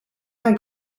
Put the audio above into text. nan